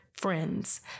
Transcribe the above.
friends